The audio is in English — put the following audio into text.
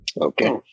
Okay